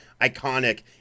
iconic